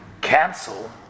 cancel